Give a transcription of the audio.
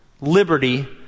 liberty